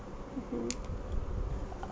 mmhmm err